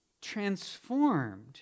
transformed